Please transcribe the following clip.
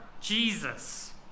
Jesus